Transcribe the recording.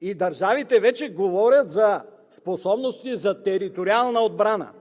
и държавите вече говорят за способности за териториална отбрана.